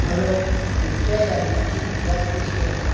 हांवें खंयच्या यादीची वासपूस केल्या